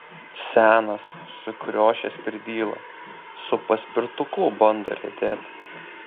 senas sukriošęs pirdyla su paspirtuku bando riedėt